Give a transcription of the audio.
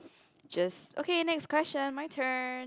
just okay next question my turn